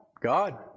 God